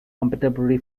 contemporary